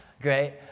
great